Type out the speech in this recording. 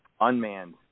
unmanned